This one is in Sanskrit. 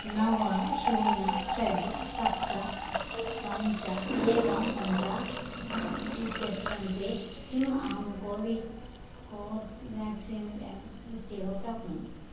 नव शून्यं षट् सप्त पञ्च एकं पञ्च इत्यस्य समीपे किम् अहं कोवि कोवोवाक्सिन् इत्येव प्राप्नोमि